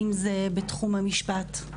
אם זה בתחום המשפט,